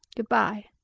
good-bye.